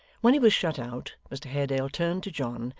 when he was shut out, mr haredale turned to john,